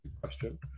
question